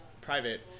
private